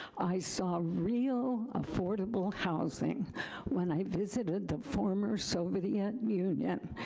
i saw real affordable housing when i visited the former soviet union,